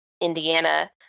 Indiana